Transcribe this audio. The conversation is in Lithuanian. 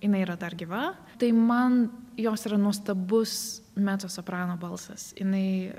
jinai yra dar gyva tai man jos yra nuostabus mecosoprano balsas jinai